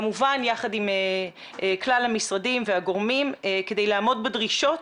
כמובן יחד עם כלל המשרדים והגורמים כדי לעמוד בדרישות,